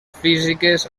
físiques